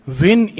win